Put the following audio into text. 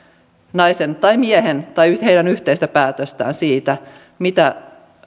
naisen tai miehen tai heidän yhteistä päätöstään siitä mitä